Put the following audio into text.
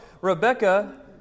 Rebecca